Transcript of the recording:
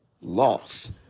loss